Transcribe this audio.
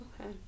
okay